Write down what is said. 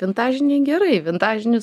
vintažiniai gerai vintažinius